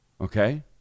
okay